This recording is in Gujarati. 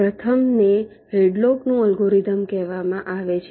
પ્રથમને હેડલોકનું અલ્ગોરિધમ કહેવામાં આવે છે